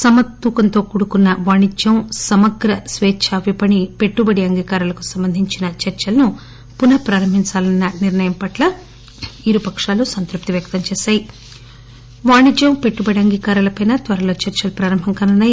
సమతూకంతో కూడుకున్న మాణిక్యం సమగ్ర స్వేద్చా విపణి పెట్టుబడి అంగీకారాల కు సంబంధించి చర్చలు పున ప్రారంభిందాలన్న నిర్ణయంపట్ల ఇరుపకాలు సంతృప్తి వ్యక్తం చేశాయి వాణిజ్య పెట్టుబడి అంగీకారాలపై త్వరలో చర్చలు ప్రారంభం కానున్నాయి